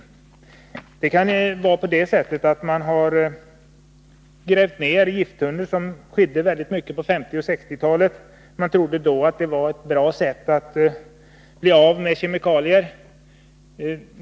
Gifttunnor kan ha grävts ned, vilket mycket ofta skedde på 1950 och 1960-talen. Då trodde man att det var ett bra sätt att bli av med kemikalier.